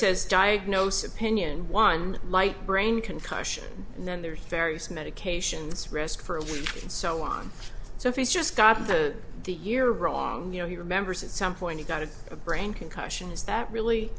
says diagnose opinion one might brain concussion and then there's various medications rest for him and so on so if he's just gotten to the year wrong you know he remembers at some point he got to a brain concussions that really